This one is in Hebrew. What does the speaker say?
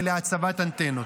ולהצבת אנטנות.